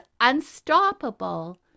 unstoppable